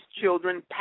children